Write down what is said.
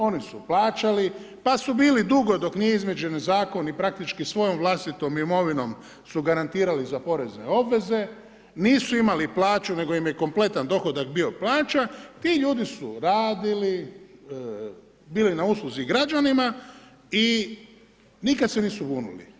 Oni su plaćali, pa su bili dugo, dok nije ... zakon i praktički svojom vlastitom imovinom su garantirali za porezne obveze, nisu imali plaću nego im je kompletan dohodak bio plaća, ti ljudi su radili, bili na usluzi građanima i nikad se nisu bunili.